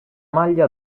maglia